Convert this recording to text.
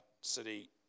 city